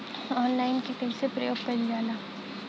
Online के कइसे प्रयोग कइल जाला?